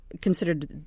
considered